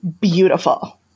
beautiful